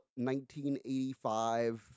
1985